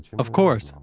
of course.